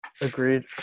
Agreed